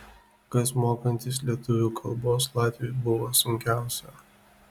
kas mokantis lietuvių kalbos latviui buvo sunkiausia